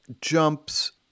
jumps